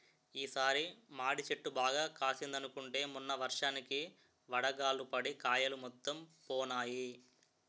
ఈ సారి మాడి చెట్టు బాగా కాసిందనుకుంటే మొన్న వర్షానికి వడగళ్ళు పడి కాయలు మొత్తం పోనాయి